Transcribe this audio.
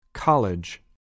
College